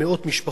חבר הכנסת טיבי,